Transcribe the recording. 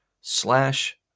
slash